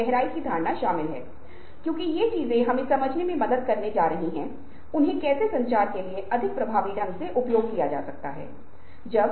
तो इसके आधार पर प्रत्येक समस्या पर प्राप्त कुल प्रतिक्रिया जो कि परिणाम परीक्षण के उपयोग पर स्कोर होगी